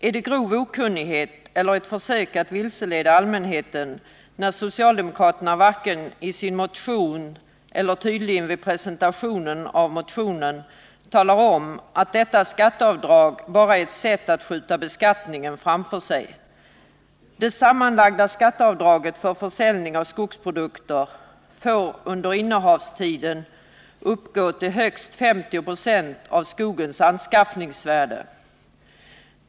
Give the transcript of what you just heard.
Är det grov okunnighet eller ett försök att vilseleda allmänheten, när socialdemokraterna inte i sin motion och tydligen inte heller vid presentationen av den talar om att detta skatteavdrag bara är ett sätt att skjuta beskattningen framför sig? Det sammanlagda skatteavdraget vid försäljning av skogsprodukter får under innehavstiden uppgå till högst 50 20 av skogens anskaffningsvärde.